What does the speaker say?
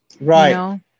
Right